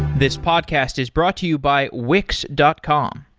this podcast is brought to you by wix dot com.